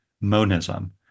monism